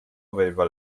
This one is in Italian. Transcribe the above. aveva